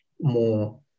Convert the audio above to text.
more